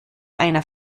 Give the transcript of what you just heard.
einer